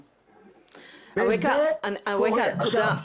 אווקה, תודה.